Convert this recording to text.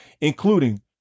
including